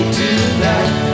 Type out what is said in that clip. tonight